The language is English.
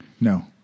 No